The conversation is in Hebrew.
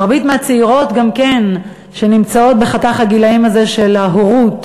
מרבית הצעירות שנמצאות בחתך הגילאים הזה של ההורות